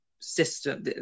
system